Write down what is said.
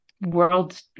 world